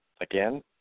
Again